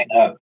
up